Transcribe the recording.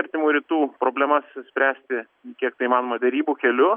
artimųjų rytų problemas spręsti kiek tai įmanoma derybų keliu